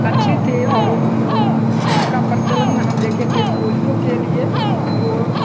अच्छे थे और वो उसका प्रचलन हम देखे थे पोलियों के लिए वो